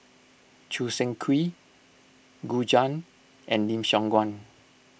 Choo Seng Quee Gu Juan and Lim Siong Guan